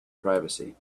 privacy